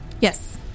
Yes